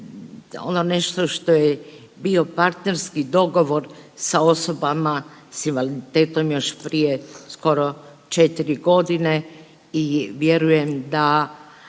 ono nešto što je bio partnerski dogovor sa osobama s invaliditetom još prije skoro četiri godine i vjerujem da